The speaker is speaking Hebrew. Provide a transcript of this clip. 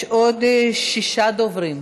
יש עוד שישה דוברים.